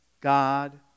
God